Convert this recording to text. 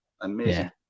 amazing